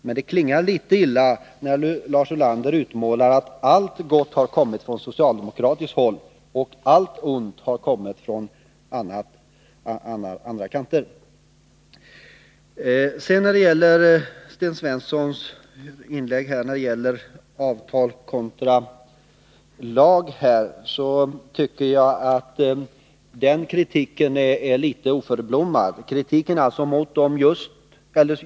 Men det klingar litet illa när Lars Ulander utmålar att allt gott har kommit från socialdemokratiskt håll och allt ont från de borgerliga partierna. Sten Svenssons kritik mot ingångna och gällande avtal tycker jag är litet oförblommerad.